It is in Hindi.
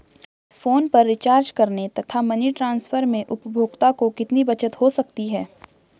फोन पर रिचार्ज करने तथा मनी ट्रांसफर में उपभोक्ता को कितनी बचत हो सकती है?